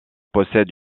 possède